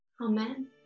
Amen